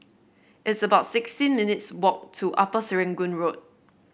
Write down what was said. it's about sixteen minutes' walk to Upper Serangoon Road